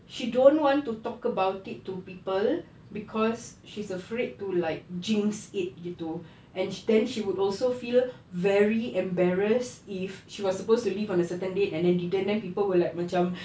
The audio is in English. she don't want to talk about it to people cause she's afraid to like jinx it gitu and then she would also feel very embarrassed if she was supposed to leave on a certain date and then didn't then people will like macam